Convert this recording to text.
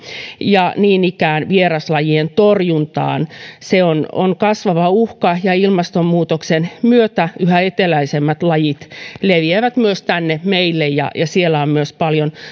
niin ikään lisää vieraslajien torjuntaan se on on kasvava uhka ja ilmastonmuutoksen myötä yhä eteläisemmät lajit leviävät myös tänne meille siellä on myös